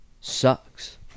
sucks